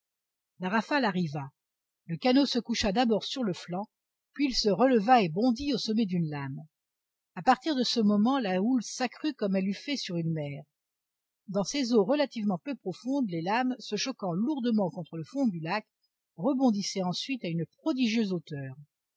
la rafale arriva le canot se coucha d'abord sur le flanc puis il se releva et bondit au sommet d'une lame à partir de ce moment la houle s'accrut comme elle eût fait sur une mer dans ces eaux relativement peu profondes les lames se choquant lourdement contre le fond du lac rebondissaient ensuite à une prodigieuse hauteur